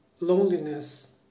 loneliness